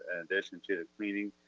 in addition to cleaning,